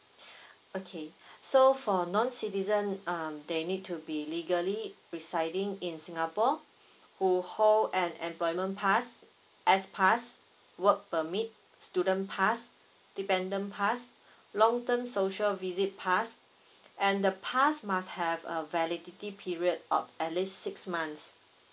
okay so for non citizen um they need to be legally residing in singapore who hold an employment pass S pass work permit student pass dependent pass long term social visit pass and the pass must have a validity period of at least months